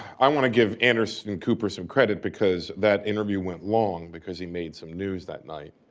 i want to give anderson cooper some credit because that interview went long because he made some news that night.